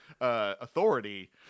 authority